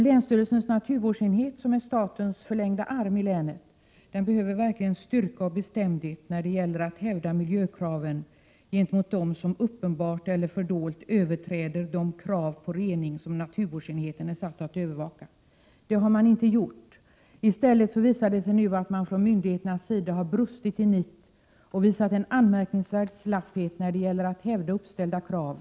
Länsstyrelsens naturvårdsenhet, som är statens förlängda arm i länet, behöver verkligen styrka och bestämdhet när det gäller att hävda miljökraven gentemot dem som uppenbart eller fördolt överträder de krav på rening som naturvårdsenheten är satt att övervaka. Det har man inte gjort. I stället visar det sig nu att man från myndigheternas sida har brustit i nit och visat en anmärkningsvärd slapphet när det gällt att hävda uppställda krav.